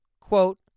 Quote